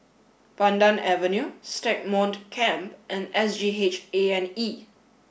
Pandan Avenue Stagmont Camp and S G H A and E